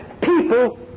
People